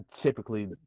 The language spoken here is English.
typically